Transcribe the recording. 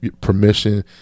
permission